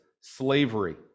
slavery